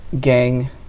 gang